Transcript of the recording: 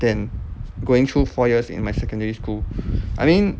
than going through four years in my secondary school I mean